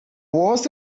was